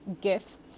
gifts